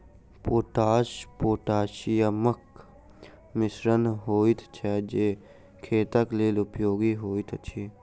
potash पोटासियमक मिश्रण होइत छै जे खेतक लेल उपयोगी होइत अछि